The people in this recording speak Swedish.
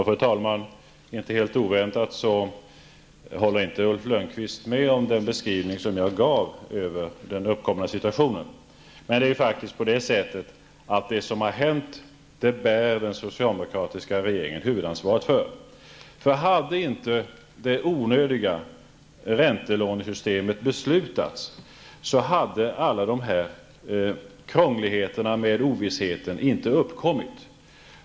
Fru talman! Inte helt oväntat håller Ulf Lönnqvist inte med om den beskrivning som jag gav över den uppkomna situationen. Men det är faktiskt så att den socialdemokratiska regeringen bär huvudansvaret för det som har hänt. Hade man inte beslutat om det onödiga räntelånesystemet, så hade alla dessa krångligheter med ovissheten inte uppkommit.